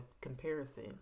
comparison